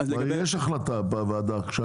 כבר יש החלטה בוועדה בעניין הזה.